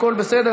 הכול בסדר,